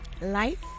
Life